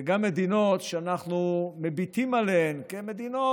וגם מדינות שאנחנו מביטים עליהן כמדינות